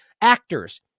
actors